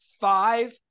five